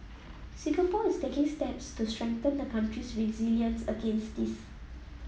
Singapore is taking steps to strengthen the country's resilience against this